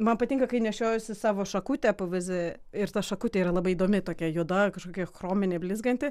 man patinka kai nešiojuosi savo šakutę pvz ir ta šakutė yra labai įdomi tokia juoda kažkokia chrominė blizganti